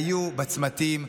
היו בצמתים,